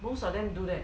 most of them do that